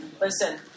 listen